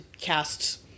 cast